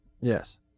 Yes